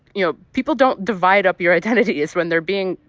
you know, people don't divide up your identities when they're being.